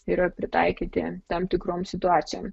yra pritaikyti tam tikrom situacijom